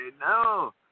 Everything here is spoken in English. No